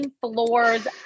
floors